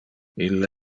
ille